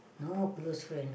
no close friend